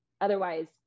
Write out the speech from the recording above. Otherwise